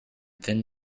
thin